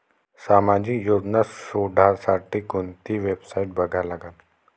सामाजिक योजना शोधासाठी कोंती वेबसाईट बघा लागन?